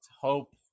hope